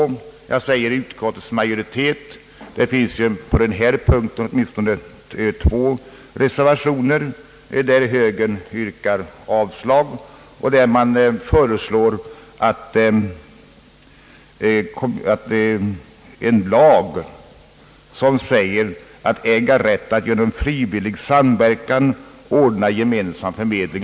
Jag säger inte hela utskottet utan utskottets majoritet; ty det finns ju på den här punkten åtminstone två reservationer i vilka högern yrkar avslag på Kungl. Maj:ts förslag och i stället före slår en lag av innehåll att kommunerna skall äga rätt att genom frivillig samverkan ordna gemensam bostadsförmedling.